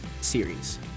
series